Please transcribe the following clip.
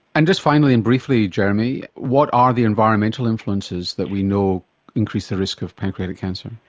and just finally and briefly, jeremy, what are the environmental influences that we know increase the risk of pancreatic cancer?